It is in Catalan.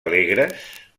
alegres